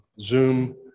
Zoom